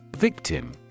Victim